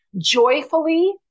joyfully